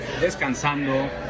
descansando